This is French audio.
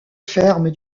ferme